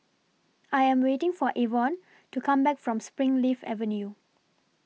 I Am waiting For Evon to Come Back from Springleaf Avenue